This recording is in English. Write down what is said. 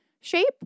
shape